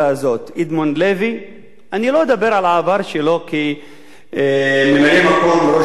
אני לא אדבר על העבר שלו כממלא-מקום ראש העיר ברמלה מטעם הליכוד,